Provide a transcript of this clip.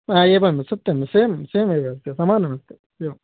हा एवं सत्यं सें सेम् एव समानमस्ति एवं